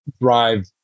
drive